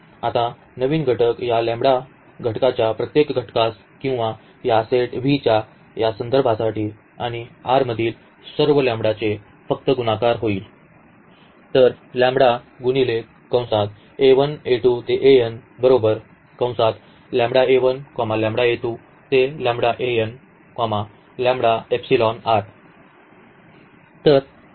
आता नवीन घटक या लॅम्बडा घटकाच्या प्रत्येक घटकास किंवा या सेट V च्या या सदस्यासाठी आणि R मधील सर्व लॅम्बडाचे फक्त गुणाकार होईल